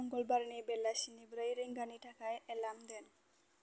मंगलबारनि बेलासिनि ब्रै रिंगानि थाखाय एलार्म दोन